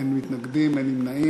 אין מתנגדים ואין נמנעים.